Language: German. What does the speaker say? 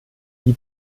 die